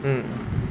mm mm